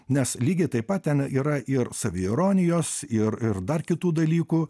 nes lygiai taip pat ten yra ir saviironijos ir ir dar kitų dalykų